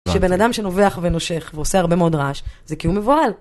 שבן אדם שנובח ונושך ועושה הרבה מאוד רעש, זה כי הוא מבוהל.